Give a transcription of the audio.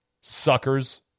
Suckers